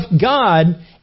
God